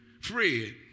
Fred